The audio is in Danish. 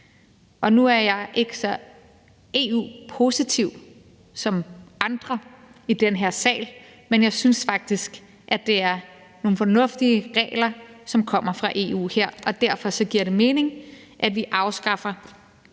Nu er jeg ikke så EU-positiv som andre i den her sal, men jeg synes faktisk, at det er nogle fornuftige regler, som kommer fra EU her, og derfor giver det mening, at vi afskaffer